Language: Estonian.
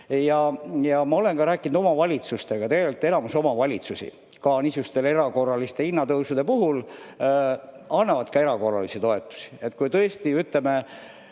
Ma olen rääkinud omavalitsustega. Tegelikult enamik omavalitsusi niisuguste erakorraliste hinnatõusude puhul annavad ka erakorralisi toetusi. Kui tõesti, ütleme,